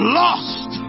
lost